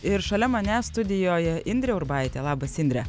ir šalia manęs studijoj indrė urbaitė labas indre